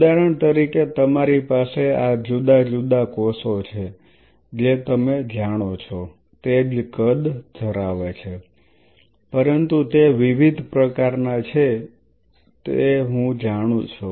ઉદાહરણ તરીકે મારી પાસે આ જુદા જુદા કોષો છે જે તમે જાણો છો તે જ કદ ધરાવે છે પરંતુ તે વિવિધ પ્રકારના છે તે હું જાણું છું